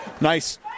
Nice